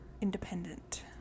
independent